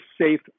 safe